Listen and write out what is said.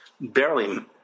barely